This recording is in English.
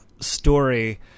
story